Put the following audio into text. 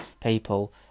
people